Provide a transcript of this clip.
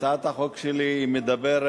הצעת החוק שלי אומרת